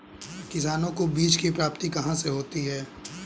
किसानों को बीज की प्राप्ति कहाँ से होती है?